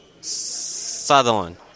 Sutherland